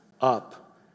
up